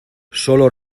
sólo